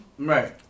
Right